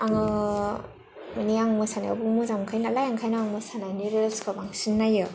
आङो माने आं मोसानायाव मोजां मोनखायो नालाय ओंखायनो आं मोसानायनि रिल्सखौ बांसिन नायो